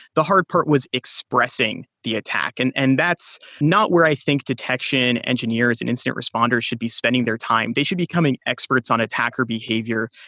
the hard part was expressing the attack. and and that's not where i think detection engineer as an incident responders should be spending their time. they should becoming experts on attacker behavior.